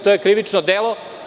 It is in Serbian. To je krivično delo.